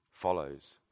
Follows